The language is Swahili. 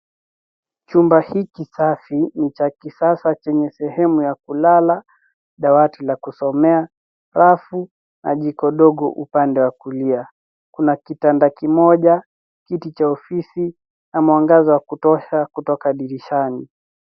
Chumba hiki safi ni cha kisasa chenye sehemu ya kulala, dawati la kusomea, rafu, na jiko ndogo upande wa kulia. Kuna kitanda kimoja, kiti cha ofisi, na mwangaza wa kutosha kutoka dirishani.